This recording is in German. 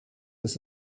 ist